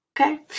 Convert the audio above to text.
Okay